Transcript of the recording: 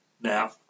Now